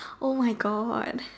oh my God